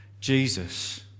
Jesus